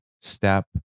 step